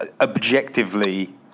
objectively